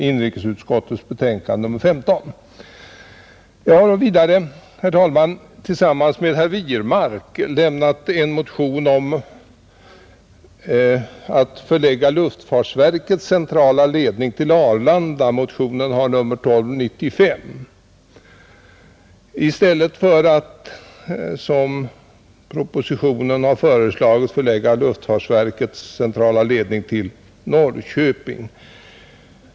Jag har vidare, herr talman, tillsammans med herr Wirmark lämnat en motion om att förlägga luftfartsverkets centrala ledning till Arlanda — motionen har nr 1294 — i stället för att som propositionen föreslagit lägga den till Norrköping.